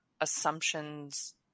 assumptions